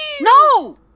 No